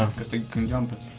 um cause they can jump it